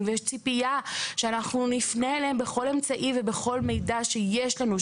ויש ציפייה שנפנה אליהם בכל אמצעי ובכל מידע שיש לנו,